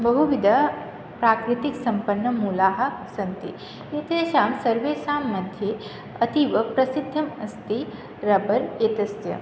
बहुविध प्रकृतिसम्पन्नमूलानि सन्ति एतेषां सर्वेषांमध्ये अतीव प्रसिद्धम् अस्ति रबर् एतस्य